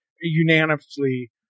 unanimously